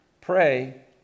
Pray